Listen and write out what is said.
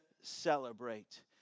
celebrate